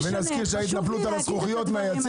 נזכיר שהייתה התנפלות על הזכוכיות מהיציע